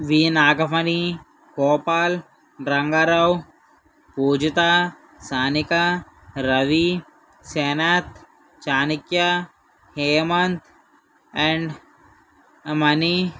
we Nagamani Gopal Rangarao Pujitha Sanika Ravi Senath Chanakya Hemanth and Mani